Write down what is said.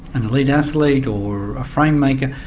an elite athlete or a frame-maker,